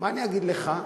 מה אני אגיד לך,